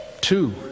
Two